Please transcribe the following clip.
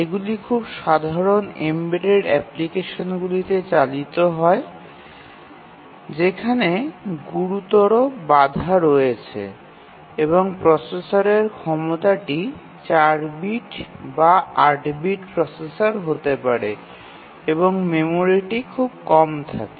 এগুলি খুব সাধারণ এমবেডেড অ্যাপ্লিকেশনগুলিতে চালিত হয় যেখানে গুরুতর বাধা রয়েছে এবং প্রসেসরের ক্ষমতা ৪ বিট বা ৮ বিট হতে পারে এবং মেমরিটি খুব কম থাকে